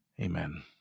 Amen